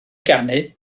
ganu